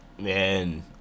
Man